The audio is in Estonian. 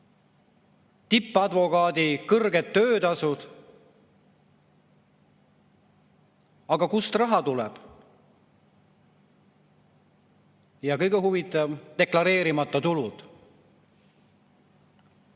tippadvokaadi kõrged töötasud. Aga kust raha tuleb? Kõige huvitavam: deklareerimata tulud.